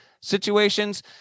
situations